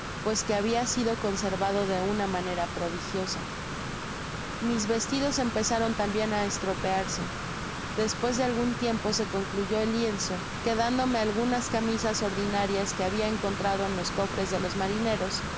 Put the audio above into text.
pues que habia sido conservado de una manera prodigiosa mis vestidos empezaron tambien á estropearse despues de algun tiempo se concluyó el lienzo quedándome algunas camisas ordinarias que habia encontrado en los cofres de los marineros